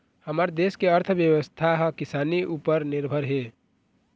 हमर देस के अर्थबेवस्था ह किसानी उपर निरभर हे